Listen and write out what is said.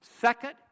Second